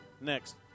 Next